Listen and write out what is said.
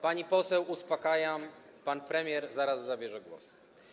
Pani poseł, uspokajam, pan premier zaraz zabierze głos.